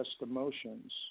emotions